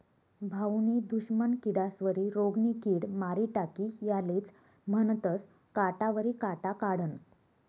भाऊनी दुश्मन किडास्वरी रोगनी किड मारी टाकी यालेज म्हनतंस काटावरी काटा काढनं